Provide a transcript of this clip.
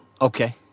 Okay